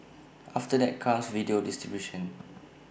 after that comes video distribution